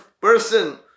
person